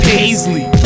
Paisley